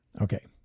Okay